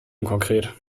unkonkret